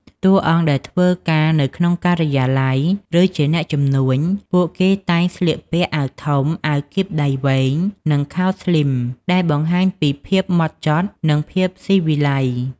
តួអង្គដែលធ្វើការនៅក្នុងការិយាល័យ ឬជាអ្នកជំនួញ ពួកគេតែងស្លៀកពាក់ អាវធំ អាវគីបដៃវែង និងខោស្លីម ដែលបង្ហាញពីភាពម៉ត់ចត់ និងភាពស៊ីវិល័យ។